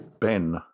Ben